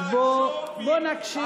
אז בוא נקשיב.